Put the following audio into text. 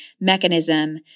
mechanism